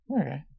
Okay